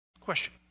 Question